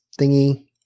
thingy